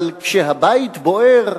אבל כשהבית בוער,